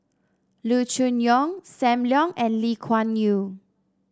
Loo Choon Yong Sam Leong and Lee Kuan Yew